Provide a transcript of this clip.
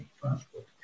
transport